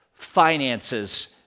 finances